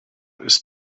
ist